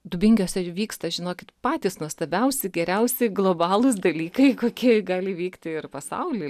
dubingiuose ir vyksta žinokit patys nuostabiausi geriausi globalūs dalykai kokie gali vykti ir pasauly